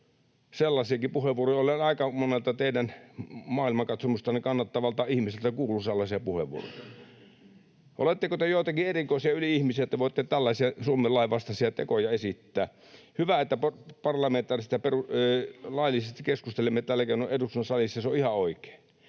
Sellaisiakin puheenvuoroja olen aika monelta teidän maailmankatsomustanne kannattavalta ihmiseltä kuullut. Oletteko te jotakin erikoisia yli-ihmisiä, että te voitte tällaisia Suomen lain vastaisia tekoja esittää? Hyvä, että parlamentaarisesti ja laillisesti keskustelemme tällä keinoin eduskunnan salissa, se on ihan oikein,